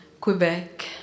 Quebec